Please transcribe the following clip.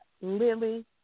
Lily